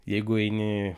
jeigu eini